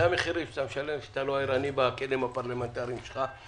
אלו המחירים שאתה משלם כשאתה לא ערני בכלים הפרלמנטריים שלך.